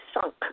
sunk